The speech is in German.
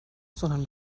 sondern